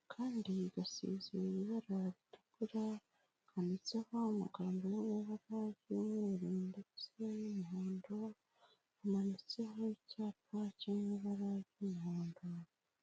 akandi gasize ibara ritukura, kanditseho amagambo n'ibara ry'umweru ndetse n'umuhondo, hamanitseho icyapa cyo mu ibara ry'umuhondo.